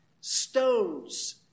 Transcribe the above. Stones